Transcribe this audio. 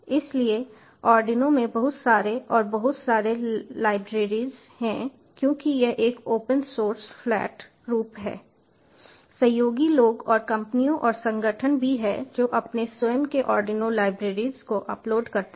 इसलिए आर्डिनो में बहुत सारे और बहुत सारे लाइब्रेरीज हैं क्योंकि यह एक ओपन सोर्स फ्लैट रूप है सहयोगी लोग और कंपनियां और संगठन भी हैं जो अपने स्वयं के आर्डिनो लाइब्रेरीज को अपलोड करते हैं